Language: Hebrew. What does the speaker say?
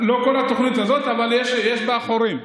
לא כל התוכנית הזאת, אבל יש בה חורים.